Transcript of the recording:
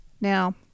Now